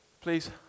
please